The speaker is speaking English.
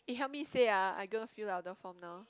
eh help me say ah I'm going to fill up the form now